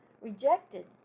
rejected